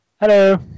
Hello